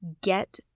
get